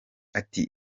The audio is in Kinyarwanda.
ati